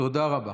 תודה רבה.